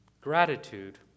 Gratitude